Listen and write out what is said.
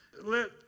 Let